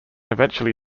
eventually